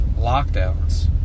lockdowns